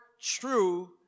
true